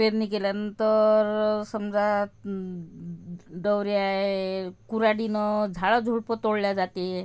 पेरणी केल्यानंतर समजा दवरे आहेत कुऱ्हाडीनं झाडझुडपं तोडली जाते